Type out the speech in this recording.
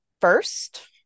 first